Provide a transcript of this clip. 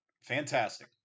Fantastic